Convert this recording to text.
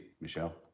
Michelle